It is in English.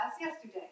yesterday